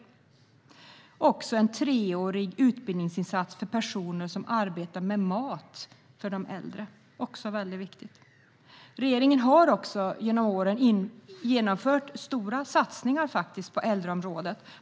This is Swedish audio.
Utredningen föreslår också en treårig utbildningsinsats för personer som arbetar med mat åt de äldre. Det är också viktigt. Regeringen har genom åren genomfört stora satsningar på äldreområdet.